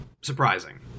surprising